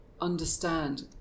understand